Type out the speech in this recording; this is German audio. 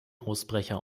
ausbrecher